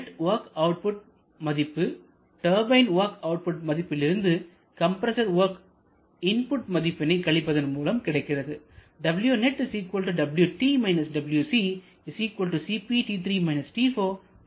net work output மதிப்பு turbine work output மதிப்பிலிருந்து compressor work input மதிப்பினை கழிப்பதன் மூலம் கிடைக்கிறது